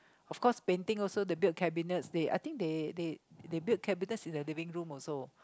of course painting also they build cabinets they I think they they they build cabinets in the living room also